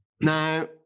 Now